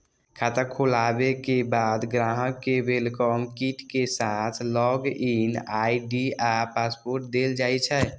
खाता खोलाबे के बाद ग्राहक कें वेलकम किट के साथ लॉग इन आई.डी आ पासवर्ड देल जाइ छै